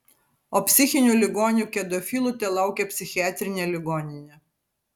o psichinių ligonių kedofilų telaukia psichiatrinė ligoninė